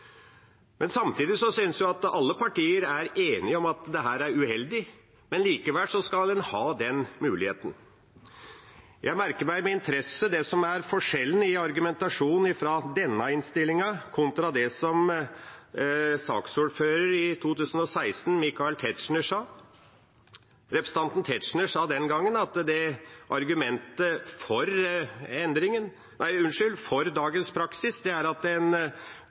synes som om alle partier er enige om at dette er uheldig, men likevel skal en ha den muligheten. Jeg merker meg med interesse forskjellen i argumentasjonen ved denne innstillinga kontra det som saksordføreren i 2016, Michael Tetzschner, sa. Representanten Tetzschner sa den gangen at argumentet for dagens praksis er at en